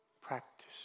practice